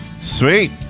Sweet